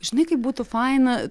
žinai kaip būtų faina